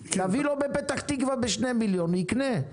תביא לו בפתח תקווה ב-2 מיליון יקנה.